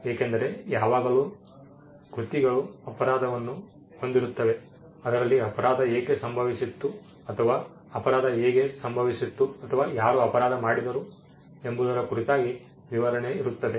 ಏಕೆಂದರೆ ಯಾವಾಗಲೂ ಕೆ ಕೃತಿಗಳು ಅಪರಾಧವನ್ನು ಹೊಂದಿರುತ್ತವೆ ಅದರಲ್ಲಿ ಅಪರಾಧ ಏಕೆ ಸಂಭವಿಸಿತು ಅಥವಾ ಅಪರಾಧ ಹೇಗೆ ಸಂಭವಿಸಿತು ಅಥವಾ ಯಾರು ಅಪರಾಧ ಮಾಡಿದರು ಎಂಬುದರ ಕುರಿತಾಗಿ ವಿವರಣೆ ಇರುತ್ತದೆ